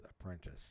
apprentice